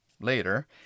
later